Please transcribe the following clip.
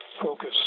focus